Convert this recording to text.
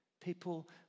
People